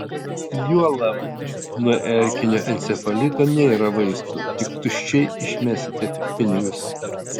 juolab nuo erkinio encefalito nėra vaistų tik tuščiai išmesite pinigus